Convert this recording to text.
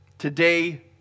Today